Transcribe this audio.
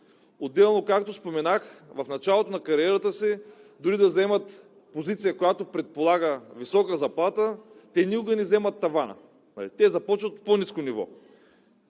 Отделно, както споменах, те са в началото на кариерата си, а дори да вземат позиция, която предполага висока заплата, те никога не вземат тавана. Те започват от по-ниско ниво.